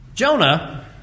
Jonah